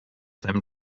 them